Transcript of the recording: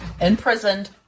imprisoned